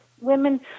women